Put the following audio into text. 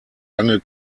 lange